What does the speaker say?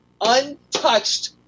Untouched